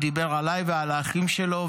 "הוא דיבר עליי ועל האחים שלו,